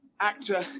actor